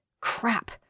Crap